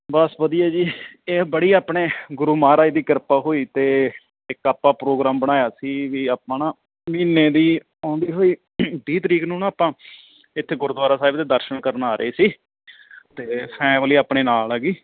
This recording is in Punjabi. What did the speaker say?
ਬਸ ਵਧੀਆ ਜੀ ਇਹ ਬੜੀ ਆਪਣੇ ਗੁਰੂ ਮਹਾਰਾਜ ਦੀ ਕਿਰਪਾ ਹੋਈ ਤਾਂ ਇੱਕ ਆਪਾਂ ਪ੍ਰੋਗਰਾਮ ਬਣਾਇਆ ਸੀ ਵੀ ਆਪਾਂ ਨਾ ਮਹੀਨੇ ਦੀ ਆਉਂਦੀ ਹੋਈ ਤੀਹ ਤਰੀਕ ਨੂੰ ਨਾ ਆਪਾਂ ਇੱਥੇ ਗੁਰਦੁਆਰਾ ਸਾਹਿਬ ਦੇ ਦਰਸ਼ਨ ਕਰਨ ਆ ਰਹੇ ਸੀ ਅਤੇ ਫੈਮਲੀ ਆਪਣੇ ਨਾਲ ਹੈਗੀ